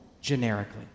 generically